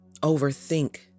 overthink